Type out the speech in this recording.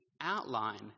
outline